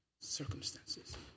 circumstances